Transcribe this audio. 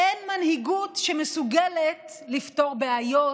אין מנהיגות שמסוגלת לפתור בעיות,